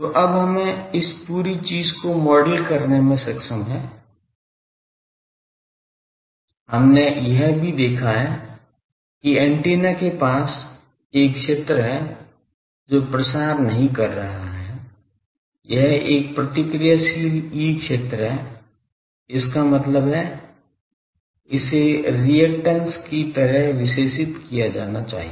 तो अब हमें इस पूरी चीज़ को मॉडल करने में सक्षम है हमने यह भी देखा है कि एंटीना के पास एक क्षेत्र है जो प्रसार नहीं कर रहा है यह एक प्रतिक्रियाशील ई क्षेत्र है इसका मतलब है इसे रिएक्टेंस की तरह विशेषित किया जाना चाहिए